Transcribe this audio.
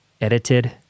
edited